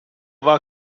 war